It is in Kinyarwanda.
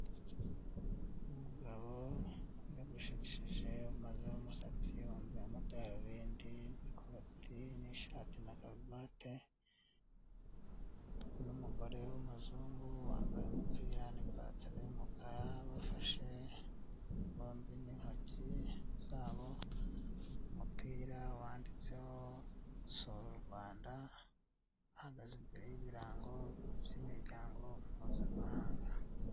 umugabo yogosheshe mazesatsi wambaye amadarubindi niko n'ishati na karuvate n'umugore w'umuzungu bambaye umupirapantaro y yumukara bafashe bombi n'intoki zabo mupira wanditseho sora u rwanda ahahagaze imbere y'ibirango by'miryango mpuzamahanga